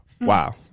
Wow